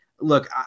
Look